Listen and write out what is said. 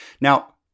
Now